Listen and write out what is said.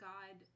God